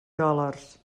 dòlars